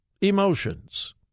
Emotions